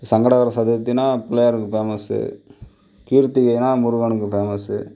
சங்கடஹர சதுர்த்தினால் பிள்ளையாருக்கு பேமஸு கீர்த்திகைனால் முருகனுக்கு பேமஸு